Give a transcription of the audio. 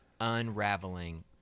unraveling